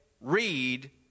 Read